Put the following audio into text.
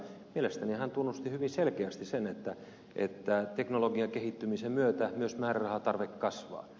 mielestäni hän tunnusti hyvin selkeästi sen että teknologian kehittymisen myötä myös määrärahan tarve kasvaa